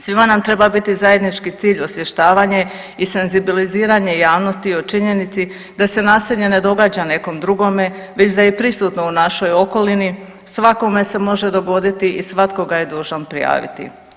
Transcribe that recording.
Svima nam treba biti zajednički cilj osvještavanje i senzibiliziranje javnosti o činjenici da se nasilje ne događa nekom drugome već da je prisutno u našoj okolini svakome se može dogoditi i svatko ga je dužan prijaviti.